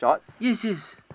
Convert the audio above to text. yes yes